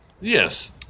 Yes